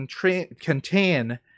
contain